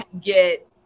get